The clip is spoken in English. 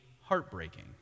heartbreaking